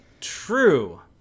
true